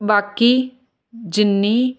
ਬਾਕੀ ਜਿੰਨੀ